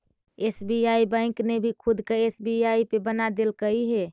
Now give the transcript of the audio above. SBI bank ने भी खुद का एस.बी.आई पे बना देलकइ हे